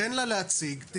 תן לה להציג, נו.